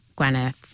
Gwyneth